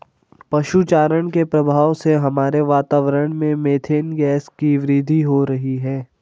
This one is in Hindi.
पशु चारण के प्रभाव से हमारे वातावरण में मेथेन गैस की वृद्धि हो रही है